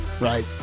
right